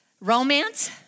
romance